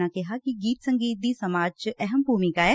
ਉਨ੍ਹਾਂ ਕਿਹਾ ਕਿ ਗੀਤ ਸੰਗੀਤ ਦੀ ਸਮਾਜ ਚ ਅਹਿਮ ਭੁਮਿਕਾ ਏ